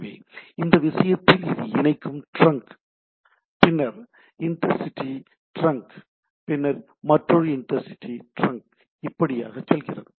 எனவே இந்த விஷயத்தில் இது இணைக்கும் டிரங்க் பின்னர் இன்டர்சிட்டி டிரங்க் பின்னர் மற்றொரு இன்டர்சிட்டி டிரங்க் இப்படியாக செல்கிறது